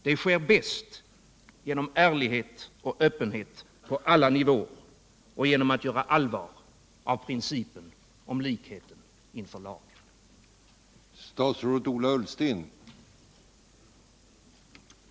Det sker bäst genom ärlighet och öppenhet på alla nivåer och genom att göra allvar av principen om likheten inför lagen.